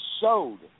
showed